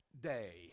day